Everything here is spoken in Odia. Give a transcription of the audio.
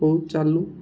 ହଉ ଚାଲୁ